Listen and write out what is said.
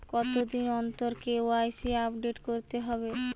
কতদিন অন্তর KYC update করতে হবে?